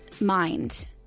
mind